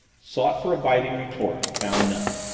sought for a biting retort, found none.